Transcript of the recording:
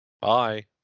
Bye